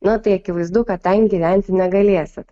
na tai akivaizdu kad ten gyventi negalėsit